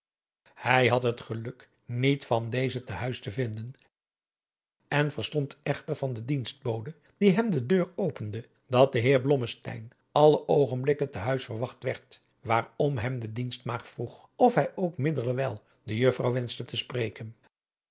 hij had het geluk niet van dezen te huis te vinden hij verstond echter van de dienstbode die hem de deur opende dat de heer blommesteyn alle oogenblikken te huis verwacht werd waarom hem de dienstmaagd vroeg of hij ook middelerwiji de juffrouw wenschte te spreken